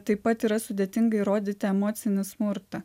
taip pat yra sudėtinga įrodyti emocinį smurtą